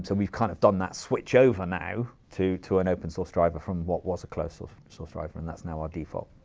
so we've kind of done that switch over now, to to an open source driver from what was a closed source driver, and that's now our default.